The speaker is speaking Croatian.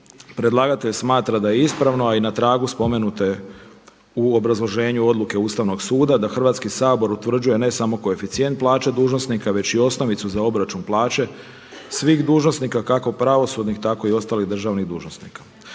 Predlagatelj smatra da je ispravno a i na tragu spomenute u obrazloženju odluke Ustavnog suda da Hrvatski sabor utvrđuje ne samo koeficijent plaće dužnosnika već i osnovicu za obračun plaće svih dužnosnika kako pravosudnih tako i ostalih državnih dužnosnika.